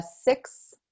six